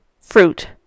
fruit